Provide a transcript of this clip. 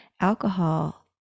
alcohol